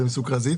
עם סוכרזית